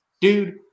dude